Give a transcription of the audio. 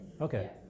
Okay